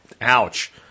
ouch